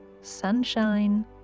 sunshine